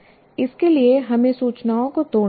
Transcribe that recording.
इसके लिए हमें सूचनाओं को तोड़ना होगा